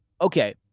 okay